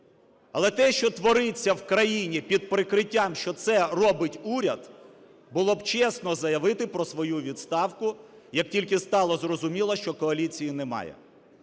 Але те, що твориться в країні під прикриттям, що це робить уряд, було б чесно заявити про свою відставку, як тільки стало зрозуміло, що коаліції немає.